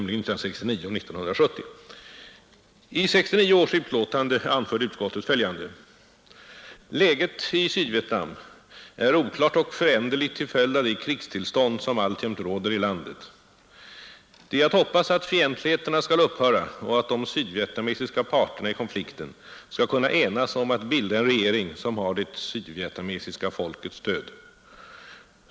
I 1969 års utlåtande anförde utskottet följande: ”Läget i Sydvietnam är oklart och föränderligt till följd av det krigstillstånd som alltjämt råder i landet. Det är att hoppas att fientligheterna skall upphöra och att de sydvietnamesiska parterna i konflikten skall kunna enas om att bilda en regering som har det sydvietnamesiska folkets stöd.